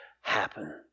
happen